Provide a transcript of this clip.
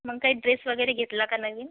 मग काही ड्रेस वगैरे घेतला का नवीन